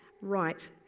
Right